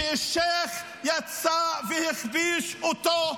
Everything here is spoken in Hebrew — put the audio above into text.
כשאלשיך יצא והכפיש אותו,